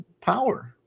power